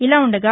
ఇలా ఉండగా